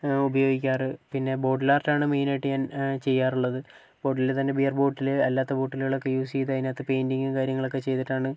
ഉപയോഗിക്കാറ് പിന്നെ ബോട്ടിലാർട്ട് ആണ് മെയ്നായിട്ട് ഞാൻ ചെയ്യാറുള്ളത് ബോട്ടിലിൽ തന്നെ ബിയർ ബോട്ടിൽ അല്ലാത്ത ബോട്ടിലികളൊക്കെ യൂസ് ചെയ്ത് അതിനകത്തു പെയിന്റിങ് കാര്യങ്ങളൊക്കെ ചെയ്തിട്ടാണ്